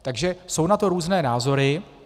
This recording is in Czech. Takže jsou na to různé názory.